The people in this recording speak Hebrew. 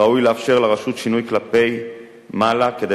ראוי לאפשר לרשות שינוי כלפי מעלה כדי